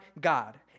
God